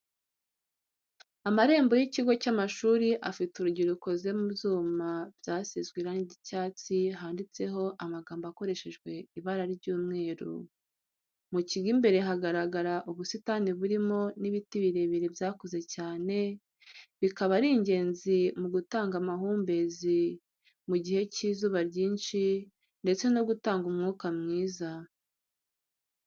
Amarembo y'ikigo cy'amashuri afite urugi rukoze mu byuma byasizwe irangi ry'icyatsi, handitseho amagambo akoreshejwe ibara ry'umweru, mu kigo imbere hagaragara ubusitani burimo n'ibiti birebire byakuze cyane, bikaba ari ingenzi mu gutanga amahumbezi mu gihe cy'izuba ryinshi ndetse no gutanga umwuka mwiza.